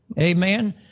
Amen